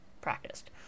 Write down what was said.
practiced